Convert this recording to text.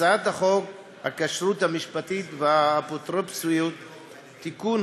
הצעת חוק הכשרות המשפטית והאפוטרופסות (תיקון,